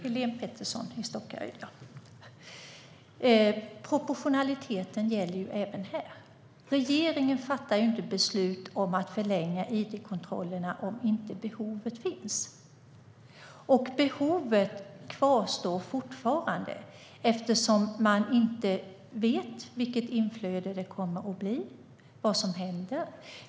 Fru talman! Proportionaliteten gäller även här. Regeringen fattar ju inte beslut om att förlänga id-kontrollerna om inte behovet finns. Och behovet kvarstår fortfarande, eftersom man inte vet vilket inflöde det kommer att bli och vad som händer.